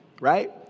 right